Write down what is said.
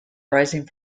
rising